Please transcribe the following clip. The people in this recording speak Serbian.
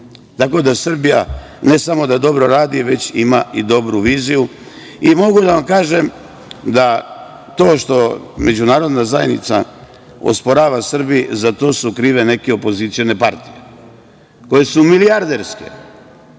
sankcije. Srbija, ne samo da dobro radi, nego ima i dobru viziju. Mogu da vam kažem da to što međunarodna zajednica osporava Srbiji za to su krive neke opozicione partije koje su milijarderske,